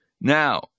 Now